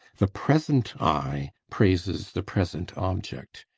the present eye praises the present object.